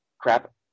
crap